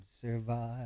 survive